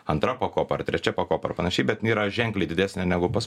antra pakopa ar trečia pakopa ir panašiai bet jinai yra ženkliai didesnė negu pas